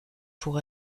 pour